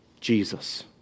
Jesus